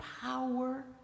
power